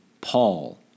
Paul